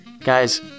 guys